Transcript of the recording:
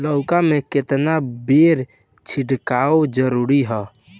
लउका में केतना बेर छिड़काव जरूरी ह?